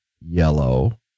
yellow